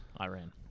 Iran